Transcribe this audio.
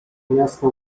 miasto